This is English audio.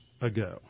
ago